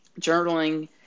Journaling